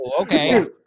okay